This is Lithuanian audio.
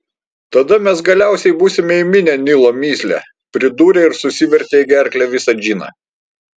tada mes galiausiai būsime įminę nilo mįslę pridūrė ir susivertė į gerklę visą džiną